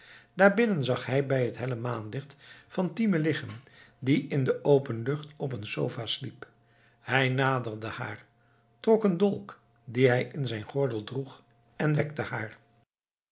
toe daarbinnen zag hij bij het helle maanlicht fatime liggen die in de open lucht op een sofa sliep hij naderde haar trok een dolk die hij in zijn gordel droeg en wekte haar